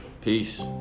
Peace